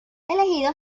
elegido